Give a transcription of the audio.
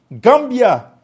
Gambia